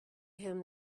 him